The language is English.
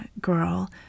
girl